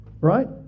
Right